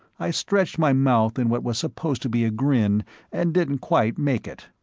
i stretched my mouth in what was supposed to be a grin and didn't quite make it.